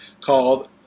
called